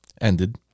ended